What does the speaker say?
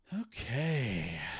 Okay